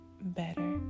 better